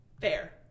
Fair